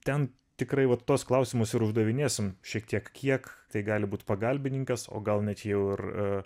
ten tikrai vat tuos klausimus ir uždavinėsim šiek tiek kiek tai gali būt pagalbininkas o gal net jau ir